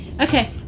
Okay